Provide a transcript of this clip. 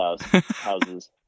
houses